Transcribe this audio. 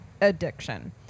addiction